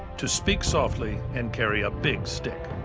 to speak softly and carry a big stick.